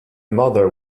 mother